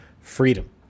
freedom